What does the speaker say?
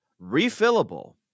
refillable